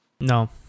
No